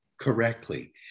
correctly